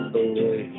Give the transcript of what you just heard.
away